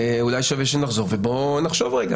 אולי שווה שנחזור, ובואו נחשוב רגע.